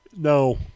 No